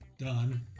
done